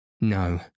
No